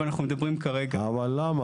אבל אנחנו מדברים כרגע --- אבל למה?